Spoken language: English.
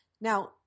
now